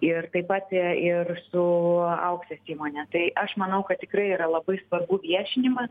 ir taip pat ir su auksės įmone tai aš manau kad tikrai yra labai svarbu viešinimas